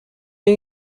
new